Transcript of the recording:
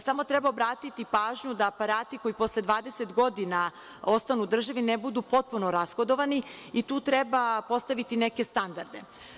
Samo treba obratiti pažnju da aparati koji posle 20 godina ostanu održivi, ne budu potpuno rashodovani i tu treba postaviti neke standarde.